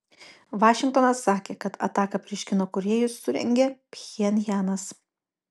vašingtonas sakė kad ataką prieš kino kūrėjus surengė pchenjanas